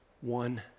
one